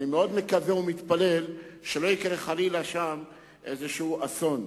אני מאוד מקווה ומתפלל שלא יקרה שם חלילה איזה אסון.